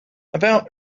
about